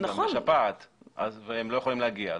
גם בשפעת והם לא יכולים להגיע.